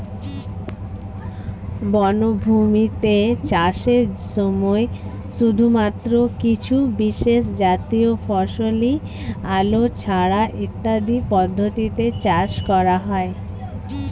বনভূমিতে চাষের সময় শুধুমাত্র কিছু বিশেষজাতীয় ফসলই আলো ছায়া ইত্যাদি পদ্ধতিতে চাষ করা হয়